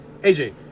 AJ